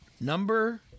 Number